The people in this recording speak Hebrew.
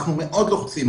אנחנו מאוד לוחצים.